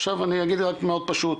עכשיו אני אגיד דבר מאוד פשוט,